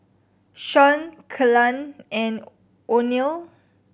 Shawn Kelan and Oneal